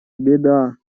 беда